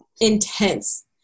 Intense